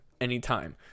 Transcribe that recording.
anytime